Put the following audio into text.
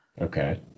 Okay